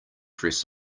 dress